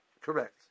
Correct